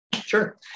Sure